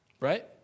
Right